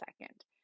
second